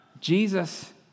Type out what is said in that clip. Jesus